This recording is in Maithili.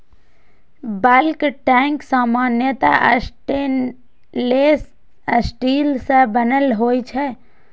बल्क टैंक सामान्यतः स्टेनलेश स्टील सं बनल होइ छै